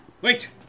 Wait